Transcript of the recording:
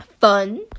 Fun